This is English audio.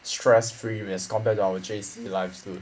stress free as compared to our J_C life dude